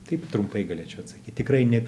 taip trumpai galėčiau atsakyti tikrai ne